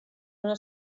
una